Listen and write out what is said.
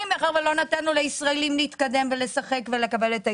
מאחר ולא נתנו לישראלים להתקדם ולשחק ולקבל את ההזדמנות.